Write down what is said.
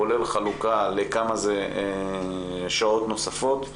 כולל חלוקה לכמה זה שעות נוספות,